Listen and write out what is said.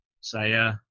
Saya